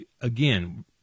again